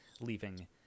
leaving